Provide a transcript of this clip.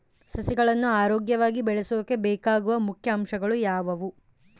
ಸಸಿಗಳನ್ನು ಆರೋಗ್ಯವಾಗಿ ಬೆಳಸೊಕೆ ಬೇಕಾಗುವ ಮುಖ್ಯ ಅಂಶಗಳು ಯಾವವು?